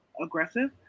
aggressive